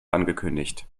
angekündigt